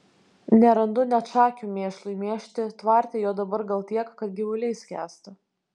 nerandu net šakių mėšlui mėžti tvarte jo dabar gal tiek kad gyvuliai skęsta